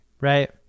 Right